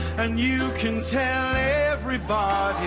and you can tell everybody